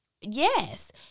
yes